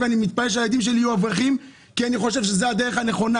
ואני מתפלל שהילדים שלי יהיו אברכים כי אני חושב שזו הדרך הנכונה.